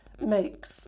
makes